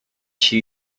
she